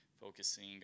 focusing